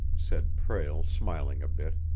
said prale, smiling a bit.